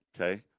okay